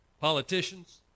politicians